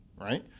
Right